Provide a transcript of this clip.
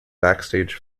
backstage